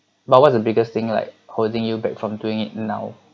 but what's the biggest thing like holding you back from doing it now